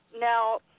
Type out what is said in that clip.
Now